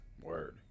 Word